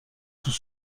sous